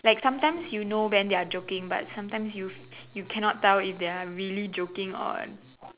like sometimes you know when they are joking but sometimes you you cannot tell if they are really joking on